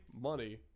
money